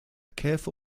careful